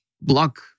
block